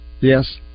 Yes